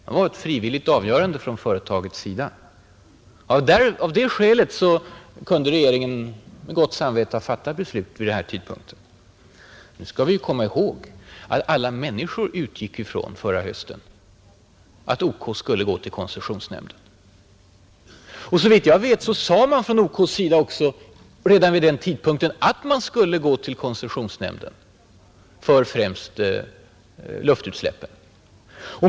Det var ett frivilligt avgörande från företagets sida, och av det skälet kunde regeringen med gott samvete ha kunnat fatta beslutet vid denna tidpunkt. Nu skall vi ju komma ihåg att alla människor förra hösten utgick från att OK skulle gå till koncessionsnämnden, Såvitt jag vet sade OK också redan vid den tidpunkten att man skulle vända sig till koncessionsnämnden.